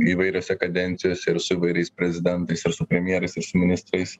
įvairiose kadencijose ir su įvairiais prezidentais ir su premjerais ir su ministrais